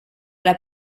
alla